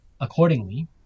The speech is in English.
accordingly